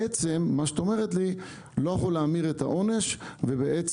בעצם את אומרת לי שהוא לא יכול להמיר את העונש והוא